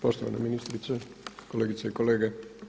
Poštovana ministrice, kolegice i kolege.